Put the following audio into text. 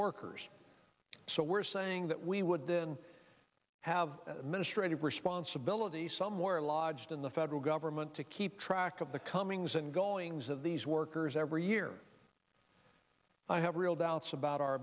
workers so we're saying that we would then have a ministry of responsibility somewhere lodged in the federal government to keep track of the comings and goings of these workers every year i have real doubts about our